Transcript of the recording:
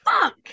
Fuck